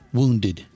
wounded